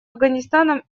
афганистаном